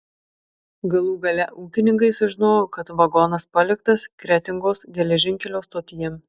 galų gale ūkininkai sužinojo kad vagonas paliktas kretingos geležinkelio stotyje